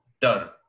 Done